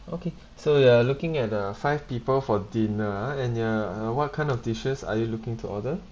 okay so you are looking at uh five people for dinner ah and you're uh what kind of dishes are you looking to order